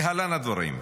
להלן הדברים: